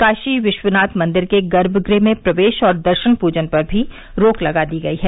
काशी विश्वनाथ मंदिर के गर्मगृह में प्रवेश और दर्शन पूजन पर भी रोक लगा दी गयी है